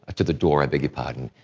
to the door, i beg your pardon,